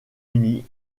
uni